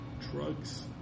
drugs